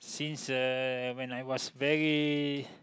since uh when I was very